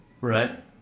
Right